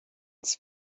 its